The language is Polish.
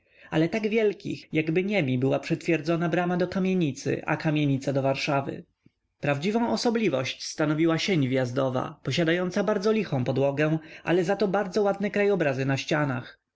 ale tak wielkich jakby niemi była przytwierdzona brama do kamienicy a kamienica do warszawy prawdziwą osobliwość stanowiła sień wjazdowa posiadająca bardzo lichą podłogę ale za to bardzo ładne krajobrazy na ścianach